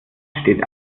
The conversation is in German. steht